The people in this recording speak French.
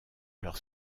leur